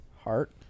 Heart